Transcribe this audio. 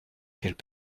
qu’elle